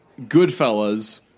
Goodfellas